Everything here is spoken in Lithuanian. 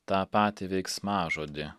tą patį veiksmažodį